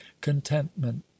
contentment